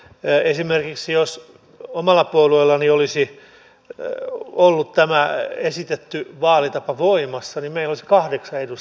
esimerkiksi jos omalla puolueellani olisi ollut tämä esitetty vaalitapa voimassa niin meillä olisi kahdeksan edustajaa täällä